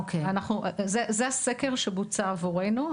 זה הסקר שבוצע עבורנו.